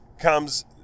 comes